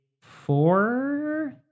four